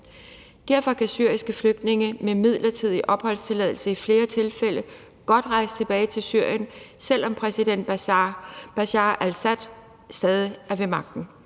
Derfor kan syriske flygtninge med midlertidig opholdstilladelse i flere tilfælde godt rejse tilbage til Syrien, selv om præsident Bashar al-Assad stadig er ved magten.